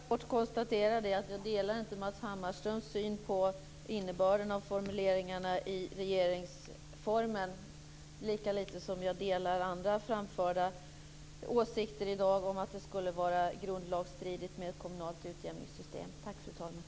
Fru talman! Jag skulle bara kort konstatera att jag inte delar Matz Hammarströms syn på innebörden av formuleringarna i regeringsformen, lika lite som jag delar andra framförda åsikter i dag om att ett kommunalt skatteutjämningssystem skulle vara grundlagsstridigt.